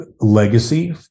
legacy